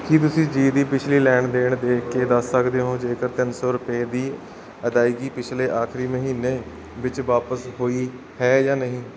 ਕੀ ਤੁਸੀਂਂ ਜ਼ੀ ਦੀ ਪਿਛਲੀ ਲੈਣ ਦੇਣ ਦੇਖ ਕੇ ਦੱਸ ਸਕਦੇ ਹੋ ਜੇਕਰ ਤਿੰਨ ਸੌ ਰੁਪਏ ਦੀ ਅਦਾਇਗੀ ਪਿਛਲੇ ਆਖਰੀ ਮਹੀਨੇ ਵਿੱਚ ਵਾਪਿਸ ਹੋਈ ਹੈ ਜਾਂ ਨਹੀਂ